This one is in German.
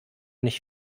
nicht